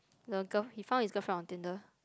the girl he found his girlfriend on Tinder